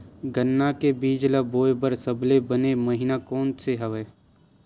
गन्ना के बीज ल बोय बर सबले बने महिना कोन से हवय?